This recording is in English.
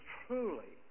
truly